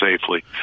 safely